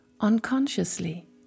unconsciously